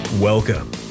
Welcome